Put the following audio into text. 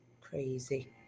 Crazy